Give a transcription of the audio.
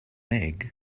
egg